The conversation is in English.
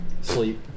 sleep